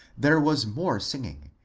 there was more singing,